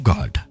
God